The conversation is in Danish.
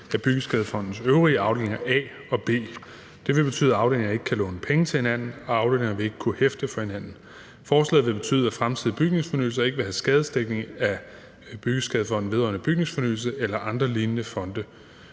af Byggeskadefondens øvrige afdelinger, A og B. Det vil betyde, at afdelingerne ikke kan låne penge til hinanden, og afdelingerne vil ikke kunne hæfte for hinanden. Forslaget vil betyde, at fremtidige bygningsfornyelser ikke vil have skadesdækning af Byggeskadefonden vedrørende Bygningsfornyelse eller andre lignende fonde.